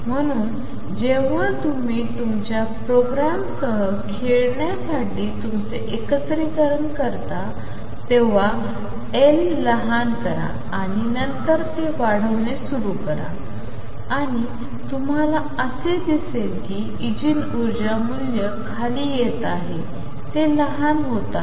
म्हणून जेव्हा तुम्ही तुमच्या प्रोग्रामसह खेळण्यासाठी तुमचे एकत्रीकरण करता तेव्हा L लहान करा आणि नंतर ते वाढवणे सुरू करा आणि तुम्हाला दिसेल की ऊर्जा इगेन मूल्य खाली येत आहे ते लहान होत आहे